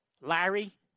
Larry